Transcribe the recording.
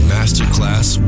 Masterclass